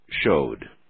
Showed